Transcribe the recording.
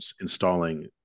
installing